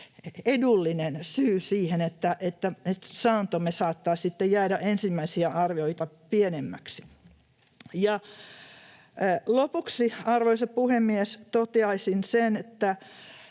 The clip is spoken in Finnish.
edullinen syy siihen, että saantomme saattaa sitten jäädä ensimmäisiä arvioita pienemmäksi. Ja lopuksi, arvoisa puhemies, toteaisin sen, että